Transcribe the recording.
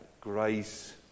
grace